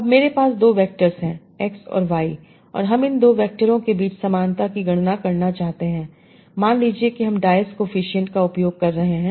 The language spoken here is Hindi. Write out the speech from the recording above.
अब मेरे पास 2 वेक्टर्स हैं एक्स और वाई और हम इन 2 वैक्टरों के बीच समानता की गणना करना चाहते हैं मान लीजिए कि हम डाइस कोएफिसिएंट का उपयोग कर रहे हैं